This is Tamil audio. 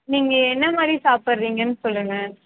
நீங்கள் என்னமாதிரி சாப்பிட்றீங்கன்னு சொல்லுங்கள்